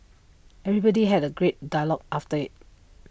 everybody had A great dialogue after IT